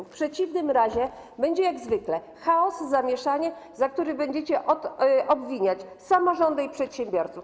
W przeciwnym razie będzie jak zwykle - chaos, zamieszanie, za które będziecie obwiniać samorządy i przedsiębiorców.